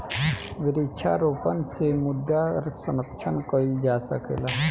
वृक्षारोपण से मृदा संरक्षण कईल जा सकेला